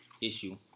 issue